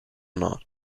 not